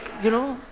you know,